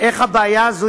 איך הבעיה הזאת,